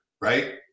right